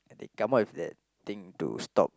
they come up with that thing to stop